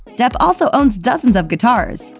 depp also owns dozens of guitars,